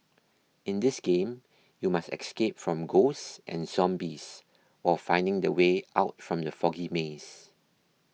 in this game you must escape from ghosts and zombies while finding the way out from the foggy maze